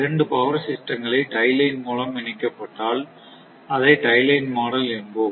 இரண்டு பவர் சிஸ்டங்கள் tie line மூலம் இணைக்கப் பட்டால் அதை டை லைன் மாடல் என்போம்